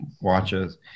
watches